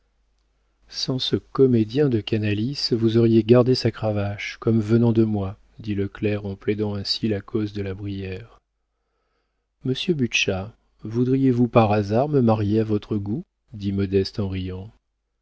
sans ce comédien de canalis vous auriez gardé sa cravache comme venant de moi dit le clerc en plaidant ainsi la cause de la brière monsieur butscha voudriez-vous par hasard me marier à votre goût dit modeste en riant